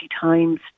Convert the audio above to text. times